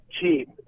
cheap